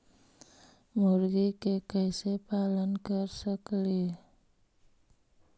मुर्गि के कैसे पालन कर सकेली?